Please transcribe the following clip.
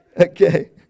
Okay